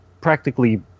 practically